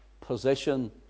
position